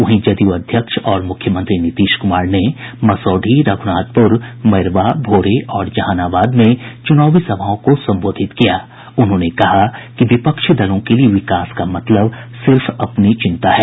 वहीं जदयू अध्यक्ष और मुख्यमंत्री नीतीश कुमार ने मसौढ़ी रघुनाथपुर मैरवा भोरे और जहानाबाद में चुनावी सभाओं को संबोधित करते हुये कहा कि विपक्षी दलों के लिए विकास का मतलब सिर्फ अपनी चिंता है